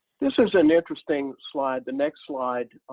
this is an interesting slide, the next slide.